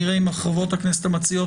נראה עם חברות הכנסת המציעות,